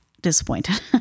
disappointed